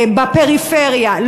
בפריפריה,